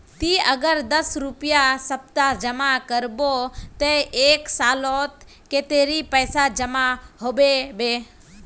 ती अगर दस रुपया सप्ताह जमा करबो ते एक सालोत कतेरी पैसा जमा होबे बे?